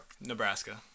Nebraska